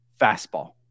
fastball